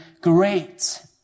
great